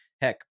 heck